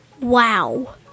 wow